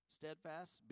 steadfast